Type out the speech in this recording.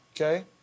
okay